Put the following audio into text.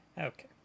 okay